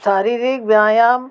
शारीरिक व्यायाम